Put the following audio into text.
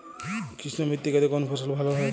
কৃষ্ণ মৃত্তিকা তে কোন ফসল ভালো হয়?